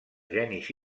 genis